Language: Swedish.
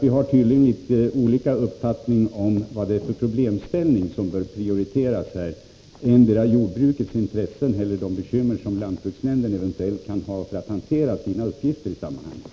Vi har tydligen litet olika uppfattning om vilken problemställning som här bör prioriteras — endera jordbrukets intressen eller också de bekymmer som lantbruksnämnderna eventuellt kan ha med att fullgöra sina uppgifter i sammanhanget.